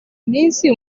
iminsi